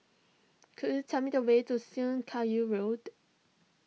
could you tell me the way to Syed Road